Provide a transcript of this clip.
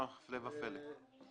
הפלא ופלא.